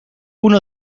uno